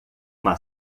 uma